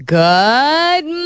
good